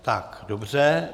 Tak dobře.